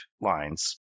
lines